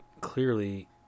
clearly